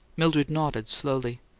mildred nodded slowly.